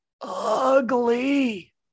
ugly